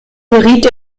geriet